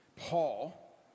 Paul